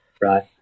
right